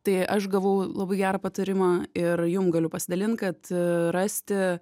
tai aš gavau labai gerą patarimą ir jum galiu pasidalint kad rasti